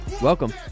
Welcome